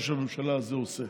שראש הממשלה הזה עושה.